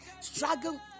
struggle